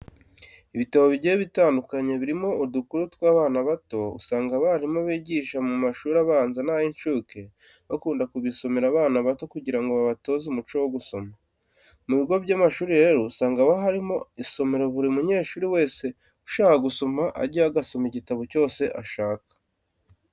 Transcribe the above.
Ibitabo bigiye bitandukanye birimo udukuru tw'abana bato usanga abarimu bigisha mu mashuri abanza n'ay'incuke bakunda kubisomera abana bato kugira ngo babatoze umuco wo gusoma. Mu bigo by'amashuri rero usanga haba harimo isomero buri munyeshuri wese ushaka gusoma ajyayo agasoma igitabo cyose ashaka.